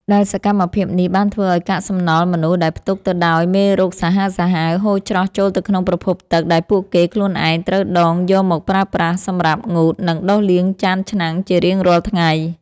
ដែលសកម្មភាពនេះបានធ្វើឱ្យកាកសំណល់មនុស្សដែលផ្ទុកទៅដោយមេរោគសាហាវៗ ហូរច្រោះចូលទៅក្នុងប្រភពទឹកដែលពួកគេខ្លួនឯងត្រូវដងយកមកប្រើប្រាស់សម្រាប់ងូត និងដុសលាងចានឆ្នាំងជារៀងរាល់ថ្ងៃ។